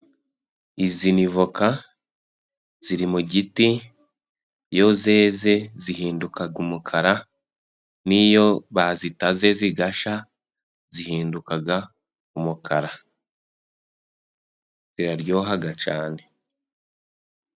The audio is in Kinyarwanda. izi nivoka ziri mu giti iyo zeze zihindukaga umukara, n'iyo bazitaze zigasha zihindukaga umukara, ziraryohaha cyane.